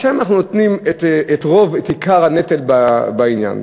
ושם אנחנו נותנים את רוב ואת עיקר הנטל בעניין?